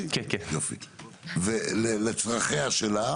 ולצרכיה שלה?